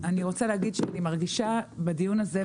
אני רוצה להגיד שאני מרגישה בדיון הזה,